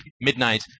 midnight